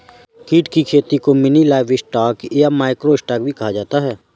कीट की खेती को मिनी लाइवस्टॉक या माइक्रो स्टॉक भी कहा जाता है